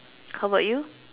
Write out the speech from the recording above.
how about you